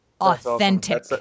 authentic